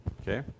Okay